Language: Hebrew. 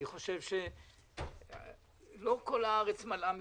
אני חושב שלא כל הארץ מלאה משפט.